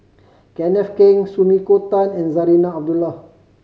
Kenneth Keng Sumiko Tan and Zarinah Abdullah